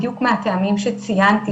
בדיוק מהטעמים שציינתי,